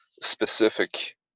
specific